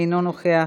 אינו נוכח.